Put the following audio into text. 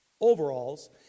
overalls